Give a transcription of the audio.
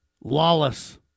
lawless